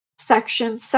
section